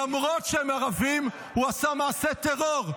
למרות שהם ערבים, הוא עשה מעשה טרור.